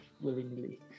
willingly